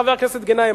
חבר הכנסת גנאים,